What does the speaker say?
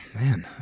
man